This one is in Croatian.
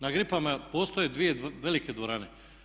Na Gripama postoje dvije velike dvorane.